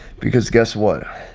because guess what?